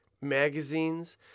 magazines